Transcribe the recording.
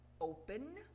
open